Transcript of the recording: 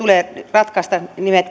ratkaista